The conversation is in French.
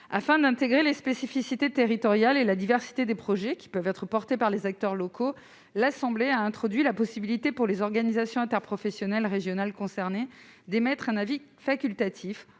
en compte les spécificités territoriales et la diversité des projets qui peuvent être défendus par les acteurs locaux, l'Assemblée nationale a introduit la possibilité pour les organisations interprofessionnelles régionales concernées de transmettre un avis facultatif